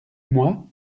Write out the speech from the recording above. moi